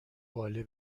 باله